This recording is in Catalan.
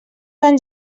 fan